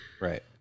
Right